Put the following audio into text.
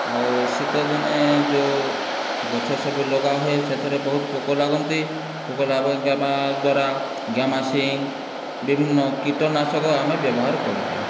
ଆଉ ଶୀତ ଦିନେ ଯେଉଁ ଗଛ ସବୁ ଲଗାହୁଏ ସେଥିରେ ବହୁତ ପୋକ ଲାଗନ୍ତି ପୋକ ଲାଗିବା ଦ୍ଵାରା ଗାମାସୀନ ବିଭିନ୍ନ କୀଟନାଶକ ଆମେ ବ୍ୟବହାର କରୁଥାଉ